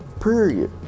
Period